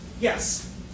Yes